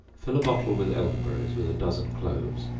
fill a bottle with elderberries, with a dozen cloves,